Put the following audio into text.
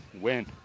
win